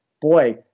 boy